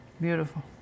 Beautiful